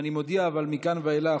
אני מודיע שמכאן ואילך,